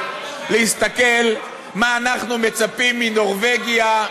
להסתכל מה אנחנו מצפים מנורבגיה,